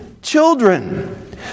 Children